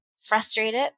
frustrated